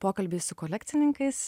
pokalbiai su kolekcininkais